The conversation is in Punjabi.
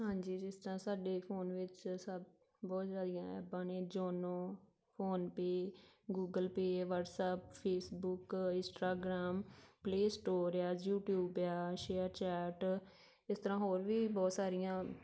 ਹਾਂਜੀ ਜਿਸ ਤਰ੍ਹਾਂ ਸਾਡੇ ਫੋਨ ਵਿੱਚ ਸਭ ਬਹੁਤ ਸਾਰੀਆਂ ਐਪਾਂ ਨੇ ਜੋਨੋ PhonePe Google Pay WhatsApp Facebook Instagram Play Store ਆ ਯੂਟਿਊਬ ਆ ਸ਼ੇਅਰਚੈਟ ਇਸ ਤਰ੍ਹਾਂ ਹੋਰ ਵੀ ਬਹੁਤ ਸਾਰੀਆਂ